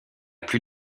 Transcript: plus